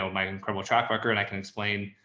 ah my incredible track record, i can explain.